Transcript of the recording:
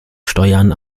steuern